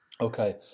Okay